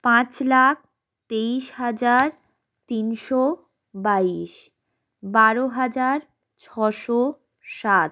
পাঁচ লাখ তেইশ হাজার তিনশো বাইশ বারো হাজার ছশো সাত